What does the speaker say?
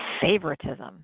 favoritism